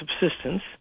subsistence